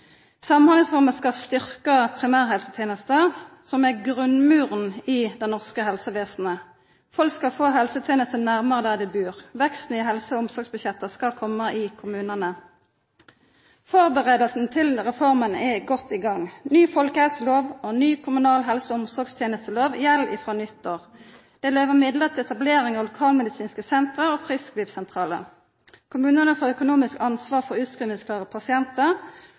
Samhandlingsreforma skal styrkja primærhelsetenesta, som er grunnmuren i det norske helsevesenet. Folk skal få helsetenester nærare der dei bur. Veksten i helse- og omsorgsbudsjetta skal koma i kommunane. Førebuingane til reforma er godt i gang. Ny folkehelselov og ny kommunal helse- og omsorgstenestelov gjeld frå nyttår. Det er løyvt midlar til etablering av lokalmedisinske senter og frisklivssentralar. Kommunane får økonomisk ansvar for utskrivingsklare pasientar